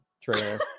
trailer